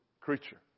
creature